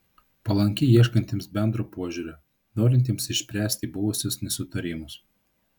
palanki ieškantiems bendro požiūrio norintiems išspręsti buvusius nesutarimus